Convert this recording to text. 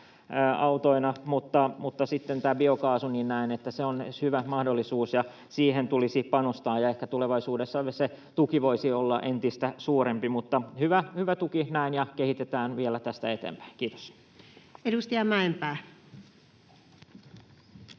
sähköautoina, mutta sitten näen, että tämä biokaasu on hyvä mahdollisuus ja siihen tulisi panostaa, ja ehkä tulevaisuudessa se tuki voisi olla entistä suurempi. Mutta hyvä tuki näin, ja kehitetään vielä tästä eteenpäin. — Kiitos. [Speech